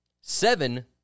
Seven